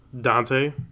Dante